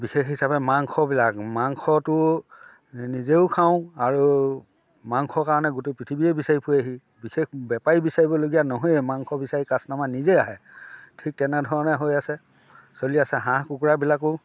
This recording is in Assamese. বিশেষ হিচাপে মাংসবিলাক মাংসটো নিজেও খাওঁ আৰু মাংস কাৰণে গোটেই পৃথিৱীয়ে বিচাৰি ফুৰেহি বিশেষ বেপাৰী বিচাৰিবলগীয়া নহয়েই মাংস বিচাৰি কাষ্টমাৰ নিজেই আহে ঠিক তেনেধৰণে হৈ আছে চলি আছে হাঁহ কুকুৰাবিলাকো